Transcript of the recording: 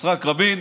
יצחק רבין.